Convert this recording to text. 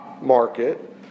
market